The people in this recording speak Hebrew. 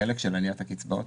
החלק של עליית הקצבאות?